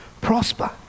prosper